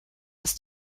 aus